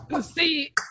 See